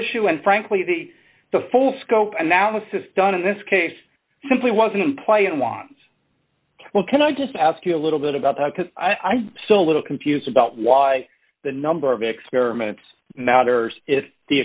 issue and frankly the the full scope analysis done in this case simply wasn't in play it wants well can i just ask you a little bit about that because i'm still a little confused about why the number of experiments matters if the